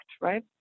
right